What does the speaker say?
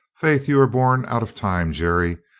faith, you are born out of time, jerry.